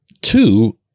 Two